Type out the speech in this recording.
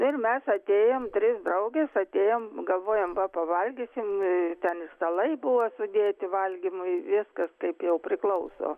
ir mes atėjom trys draugės atėjom galvojom va pavalgysim ten ir stalai buvo sudėti valgymui viskas kaip jau priklauso